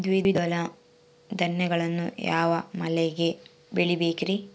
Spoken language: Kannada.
ದ್ವಿದಳ ಧಾನ್ಯಗಳನ್ನು ಯಾವ ಮಳೆಗೆ ಬೆಳಿಬೇಕ್ರಿ?